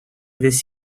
this